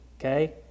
Okay